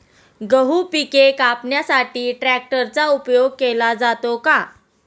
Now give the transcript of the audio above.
गहू पिके कापण्यासाठी ट्रॅक्टरचा उपयोग केला जातो का?